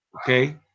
Okay